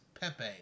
Pepe